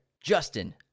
Justin